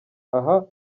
aho